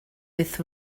with